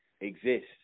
exist